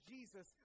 Jesus